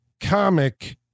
comic